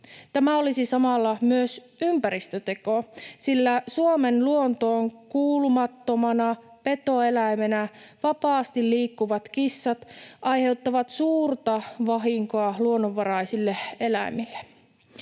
Tämä olisi samalla myös ympäristöteko, sillä Suomen luontoon kuulumattomina petoeläiminä vapaasti liikkuvat kissat aiheuttavat suurta vahinkoa luonnonvaraisille eläimille.